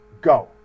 Go